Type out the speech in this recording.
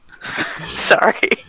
Sorry